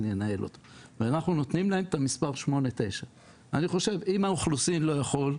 ינהל אותו ואנחנו נותנים להם את המספר 89. אם האוכלוסין לא יכול,